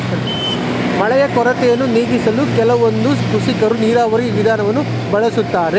ಮಳೆಯ ಕೊರತೆಯನ್ನು ನೀಗಿಸಲು ಕೆಲವೊಂದು ಕೃಷಿಕರು ನೀರಾವರಿ ವಿಧಾನವನ್ನು ಬಳಸ್ತಾರೆ